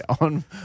On